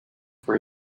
for